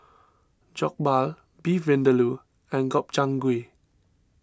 Jokbal Beef Vindaloo and Gobchang Gui